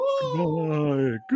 Goodbye